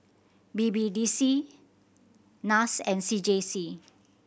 B B D C NAS and C J C